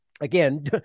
again